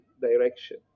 direction